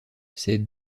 ses